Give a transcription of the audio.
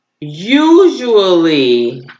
Usually